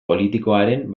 politikoaren